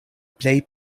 plej